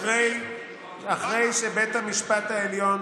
אחרי שבית המשפט העליון